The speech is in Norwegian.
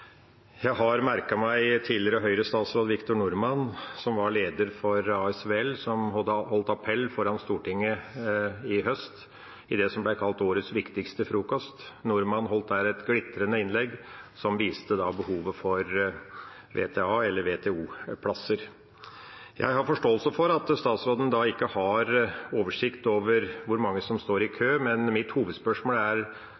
Jeg har merket meg tidligere Høyre-statsråd Victor D. Norman, som var styreleder for ASVL, Arbeidssamvirkenes Landsforening, og som holdt appell foran Stortinget i høst i det som ble kalt årets viktigste frokost. Norman holdt der et glitrende innlegg, som viste behovet for VTA-plasser og VTO-plasser. Jeg har forståelse for at statsråden ikke har oversikt over hvor mange som står i